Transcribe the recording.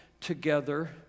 together